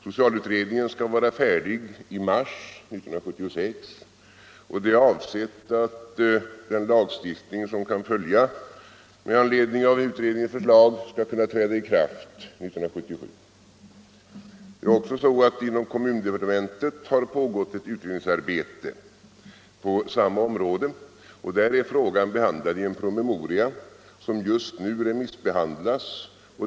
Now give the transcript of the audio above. Socialutredningen skall vara färdig i mars 1976, och avsikten är att den lagstiftning som kan följa med anledning av utredningens förslag skall kunna träda i kraft 1977. Också inom kommundepartementet har det pågått ett utredningsarbete på samma område. Där är frågan behandlad i en promemoria, som just nu remissbehandlas.